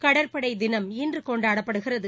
கடற்படை தினம் இன்று கொண்டாடப்படுகிறது